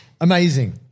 Amazing